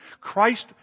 Christ